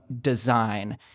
design